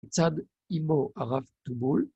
צד אמו הרב טובול